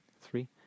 three